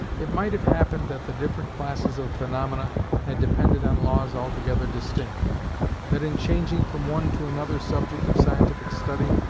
it might have happened that the different classes of phaenomena had depended on laws altogether distinct that in changing from one to another subject of scientific study,